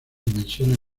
dimensiones